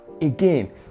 Again